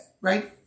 right